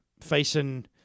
facing